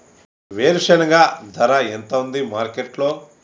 వేరుశెనగ ధర ఎంత ఉంది మార్కెట్ లో?